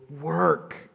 work